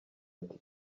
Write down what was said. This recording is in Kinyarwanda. ati